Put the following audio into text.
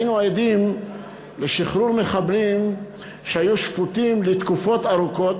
היינו עדים לשחרור מחבלים שהיו שפוטים לתקופות ארוכות.